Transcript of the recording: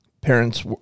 Parents